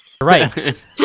right